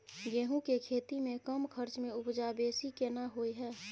गेहूं के खेती में कम खर्च में उपजा बेसी केना होय है?